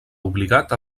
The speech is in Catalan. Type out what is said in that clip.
obligat